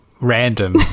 random